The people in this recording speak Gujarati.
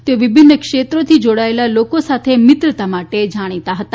તેઓ વિભિન્ન ક્ષેત્રોથી જોડાયેલા લોકો સાથે મિત્રતા માટે જાણીતા હતા